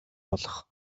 болох